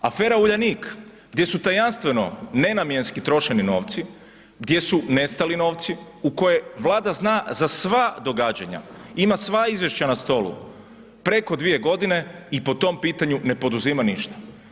Afera Uljanik gdje su tajanstveno nenamjenski trošeni novci, gdje su nestali novci u kojem Vlada zna za sva događanja, ima sva izvješća na stolu, preko 2 godine i po tom pitanju ne poduzima ništa.